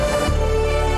נמנעים.